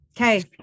Okay